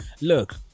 look